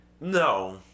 No